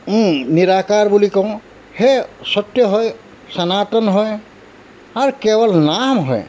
নিৰাকাৰ বুলি কওঁ সেই সত্য হয় সনাতন হয় আৰু কেৱল নাম হয়